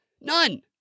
None